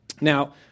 Now